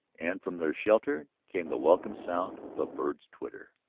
and from their shelter came the welcome sound of a bird's twitter.